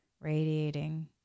radiating